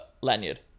lanyard